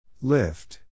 Lift